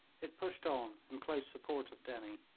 it pushed on in close support of dennie.